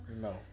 No